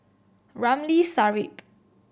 Ramli Sarip